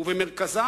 ובמרכזה